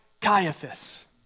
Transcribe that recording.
Caiaphas